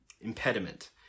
impediment